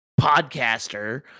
podcaster